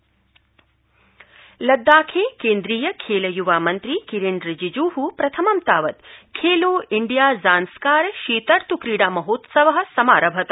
लद्दाख लद्दाखे केन्द्रीय खेल य्वा मन्त्री किरेनरिजिज् प्रथमं तावत् खेलो इंडिया ज़ान्स्कार शीतर्त् क्रीडा महोत्सव समारभत